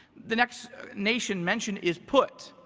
the next nation mentioned is put,